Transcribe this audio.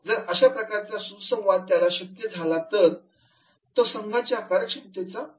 जर अशा प्रकारचा सुसंवाद त्याला शक्य झाला तरच तो संघाच्या कार्यक्षमतेचा विकास करू शकतो